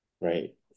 right